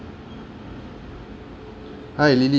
hi lily